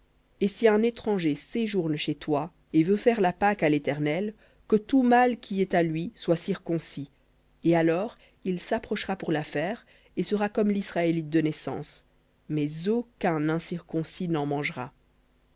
et si un étranger séjourne chez toi et veut faire la pâque à l'éternel que tout mâle qui est à lui soit circoncis et alors il s'approchera pour la faire et sera comme l'israélite de naissance mais aucun incirconcis n'en mangera